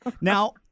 Now